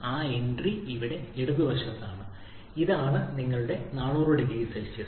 ആ എൻട്രി ഇവിടെ ഇടത് വശത്താണ് ഇതാണ് നിങ്ങളുടെ 400 0 സി